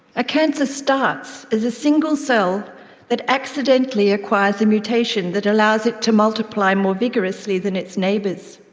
a cancer starts as a single cell that accidentally acquires a mutation that allows it to multiply more vigorously than its neighbours.